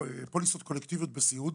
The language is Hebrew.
- פוליסות קולקטיביות בסיעוד,